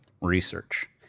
research